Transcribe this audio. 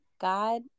God